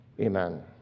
Amen